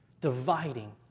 dividing